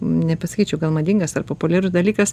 nepasakyčiau gal madingas ar populiarus dalykas